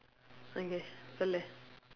okay